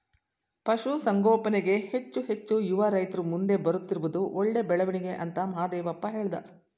ಪಶುಸಂಗೋಪನೆಗೆ ಹೆಚ್ಚು ಹೆಚ್ಚು ಯುವ ರೈತ್ರು ಮುಂದೆ ಬರುತ್ತಿರುವುದು ಒಳ್ಳೆ ಬೆಳವಣಿಗೆ ಅಂತ ಮಹಾದೇವಪ್ಪ ಹೇಳ್ದ